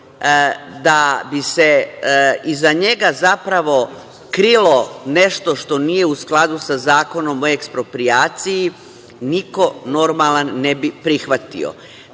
da bi se iza njega zapravo krilo nešto što nije u skladu sa Zakonom o eksproprijaciji niko normalan ne bi prihvatio.